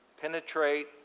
penetrate